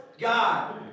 God